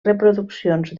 reproduccions